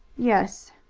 yes.